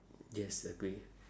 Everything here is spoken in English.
yes agree